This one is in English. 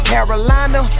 Carolina